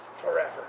forever